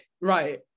right